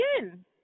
again